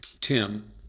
Tim